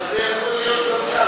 אבל זה יכול להית גם שם.